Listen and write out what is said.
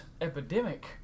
epidemic